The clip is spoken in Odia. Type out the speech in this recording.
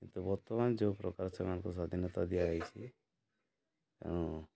କିନ୍ତୁ ବର୍ତ୍ତମାନ ଯୋଉ ପ୍ରକାର ସେମାନଙ୍କୁ ସ୍ୱାଧୀନତା ଦିଆଯାଇଛି